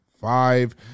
five